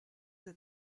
êtes